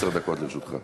עשר דקות לרשותך.